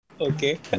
okay